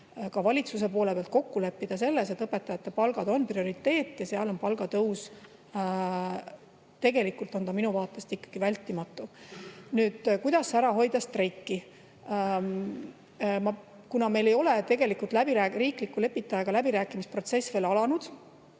ka valitsuse poole pealt kokku leppida selles, et õpetajate palgad on prioriteet ja seal on palgatõus … Tegelikult on see minu vaatest ikkagi vältimatu. Kuidas ära hoida streiki? Meil ei ole riikliku lepitajaga läbirääkimise protsess veel alanud.